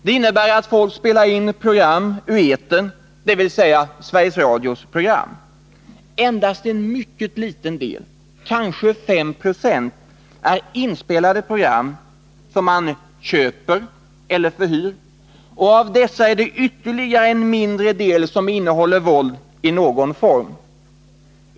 Det innebär att folk spelar in program ur etern, dvs. Sveriges Radios program. Endast en mycket liten del, kanske 5 96, är inspelade program som man köper eller förhyr, och av dessa är det en ännu mindre del som innehåller våld i någon form.